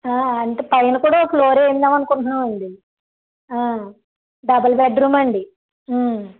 అంటే పైన కూడా ఒక ఫ్లోర్ వేయిదాం అనుకుంటున్నాం అండి డబల్ బెడ్రూమ్ అండి